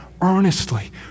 earnestly